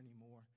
anymore